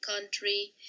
country